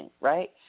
Right